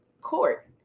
court